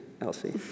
Elsie